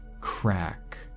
crack